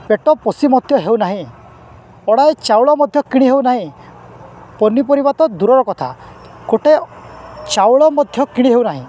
ପେଟ ପୋଷି ମଧ୍ୟ ହେଉନାହିଁ ଅଡ଼ାଏ ଚାଉଳ ମଧ୍ୟ କିଣି ହେଉନାହିଁ ପନିପରିବା ତ ଦୂରର କଥା ଗୋଟେ ଚାଉଳ ମଧ୍ୟ କିଣି ହେଉନାହିଁ